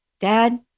Dad